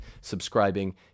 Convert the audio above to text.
subscribing